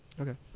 Okay